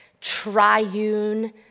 triune